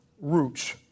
roots